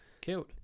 killed